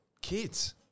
kids